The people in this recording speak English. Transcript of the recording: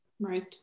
Right